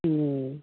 ठीक